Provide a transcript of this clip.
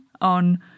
on